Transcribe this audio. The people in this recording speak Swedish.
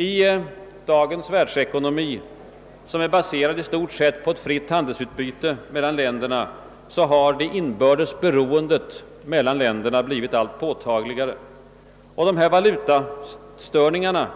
I dagens världsekonomi, som är baserad i stort sett på ett fritt handelsutbyte mellan länderna, har det inbördes beroendet länderna emellan blivit allt påtagligare. Dessa valutastörningar